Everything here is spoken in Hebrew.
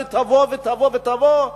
ותבוא ותבוא ותבוא,